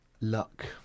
luck